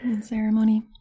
Ceremony